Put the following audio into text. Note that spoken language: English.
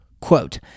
quote